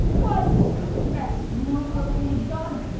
why, this is the best fooling, when all is done.